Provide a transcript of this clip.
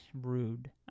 rude